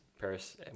Paris